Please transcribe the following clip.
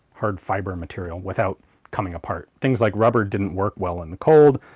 hard fiber material without coming apart. things like rubber didn't work well in the cold,